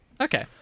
Okay